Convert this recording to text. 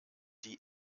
die